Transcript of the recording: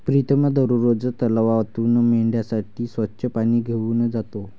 प्रीतम दररोज तलावातून मेंढ्यांसाठी स्वच्छ पाणी घेऊन जातो